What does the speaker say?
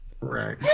Right